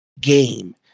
game